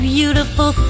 beautiful